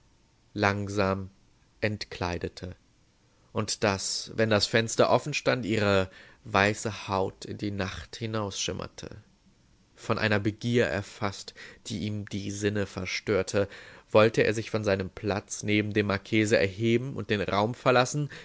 langsam entkleidete und daß wenn das fenster offen stand ihre weiße haut in die nacht hinausschimmerte von einer begier erfaßt die ihm die sinne verstörte wollte er sich von seinem platz neben dem marchese erheben und den raum verlassen